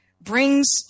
brings